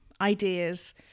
ideas